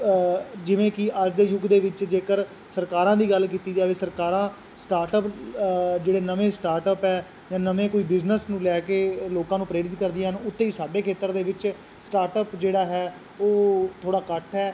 ਜਿਵੇਂ ਕਿ ਅੱਜ ਦੇ ਯੁੱਗ ਦੇ ਵਿੱਚ ਜੇਕਰ ਸਰਕਾਰਾਂ ਦੀ ਗੱਲ ਕੀਤੀ ਜਾਵੇ ਸਰਕਾਰਾਂ ਸਟਾਰਟਅਪ ਜਿਹੜੇ ਨਵੇਂ ਸਟਾਰਟਅਪ ਹੈ ਜਾਂ ਨਵੇਂ ਕੋਈ ਬਿਜਨਸ ਨੂੰ ਲੈ ਕੇ ਲੋਕਾਂ ਨੂੰ ਪ੍ਰੇਰਿਤ ਕਰਦੀਆਂ ਹਨ ਉੱਥੇ ਹੀ ਸਾਡੇ ਖੇਤਰ ਦੇ ਵਿੱਚ ਸਟਾਰਟਅਪ ਜਿਹੜਾ ਹੈ ਉਹ ਥੋੜ੍ਹਾ ਘੱਟ ਹੈ